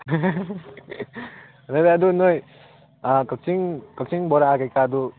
ꯑꯗꯨꯗ ꯑꯗꯨ ꯅꯣꯏ ꯀꯛꯆꯤꯡ ꯀꯛꯆꯤꯡ ꯕꯣꯔꯥ ꯀꯩꯀꯥꯗꯨ